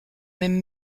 même